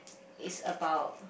is about